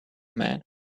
man